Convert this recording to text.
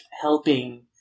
helping